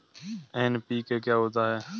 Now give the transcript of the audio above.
NPK क्या होता है?